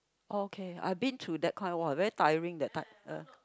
oh okay I've been through that kind !wah! very tiring that type uh